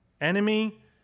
Enemy